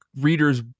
Readers